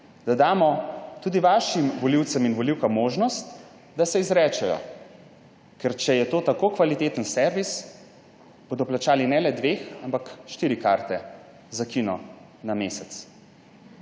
da damo tudi vašim volivkam in volivcem možnost, da se izrečejo. Ker če je to tako kvaliteten servis, bodo plačali ne le dveh, ampak štiri karte za kino na mesec.